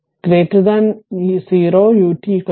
Kota 0 ut 1